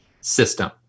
system